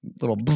little